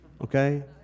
Okay